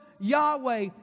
Yahweh